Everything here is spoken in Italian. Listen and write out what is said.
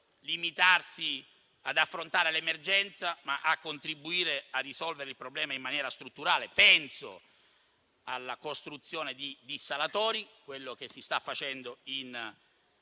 non può limitarsi ad affrontare l'emergenza, ma deve contribuire a risolvere il problema in maniera strutturale. Penso alla costruzione di dissalatori, come si sta facendo in Sicilia,